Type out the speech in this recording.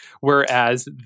whereas